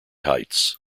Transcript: heights